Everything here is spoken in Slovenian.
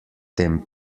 tem